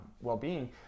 well-being